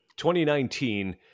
2019